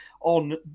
on